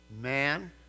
Man